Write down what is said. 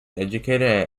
educated